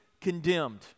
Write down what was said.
condemned